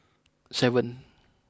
seven